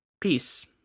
Peace